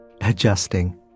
adjusting